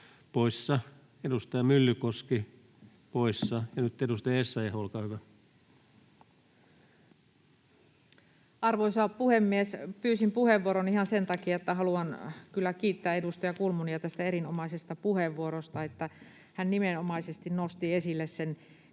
poissa, edustaja Myllykoski poissa. — Nyt edustaja Essayah, olkaa hyvä. Arvoisa puhemies! Pyysin puheenvuoron ihan sen takia, että haluan kyllä kiittää edustaja Kulmunia tästä erinomaisesta puheenvuorosta. Hän nimenomaisesti nosti esille sen,